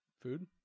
Food